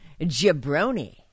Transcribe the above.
Jabroni